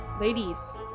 ladies